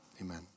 amen